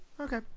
Okay